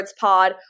Pod